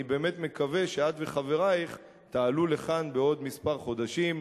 אני באמת מקווה שאת וחברייך תעלו לכאן בעוד כמה חודשים,